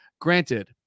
Granted